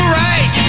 right